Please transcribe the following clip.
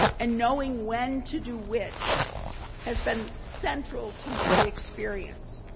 and knowing when to do which has been central to my experience,